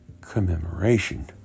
commemoration